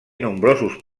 nombrosos